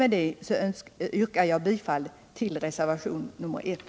Med det anförda yrkar jag bifall till reservationen 1.